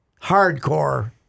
hardcore